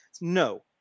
No